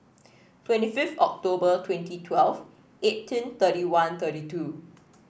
twenty fifth October twenty twelve eighteen thirty one thirty two